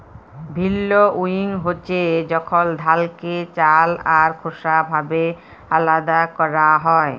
ভিল্লউইং হছে যখল ধালকে চাল আর খোসা ভাবে আলাদা ক্যরা হ্যয়